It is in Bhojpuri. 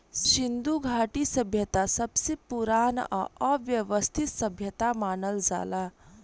सिन्धु घाटी सभ्यता सबसे पुरान आ वयवस्थित सभ्यता मानल जाला